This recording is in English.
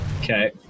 Okay